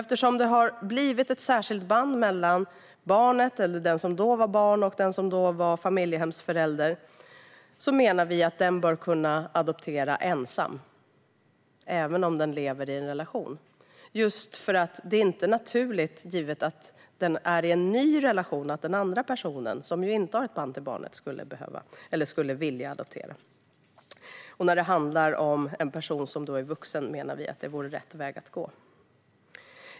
Eftersom det har uppstått ett särskilt band mellan den som då var barn och den som var familjehemsförälder menar vi att den bör få adoptera ensam även om den är i en relation. Om familjehemsföräldern är i en ny relation är det inte självklart att den nya partnern, som inte har ett band till barnet, vill adoptera. När det handlar om vuxenadoption menar vi att det vore rätt väg att gå.